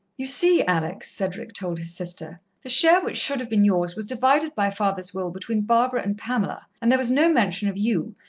you see, alex, cedric told his sister, the share which should have been yours was divided by father's will between barbara and pamela, and there was no mention of you,